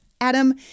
Adam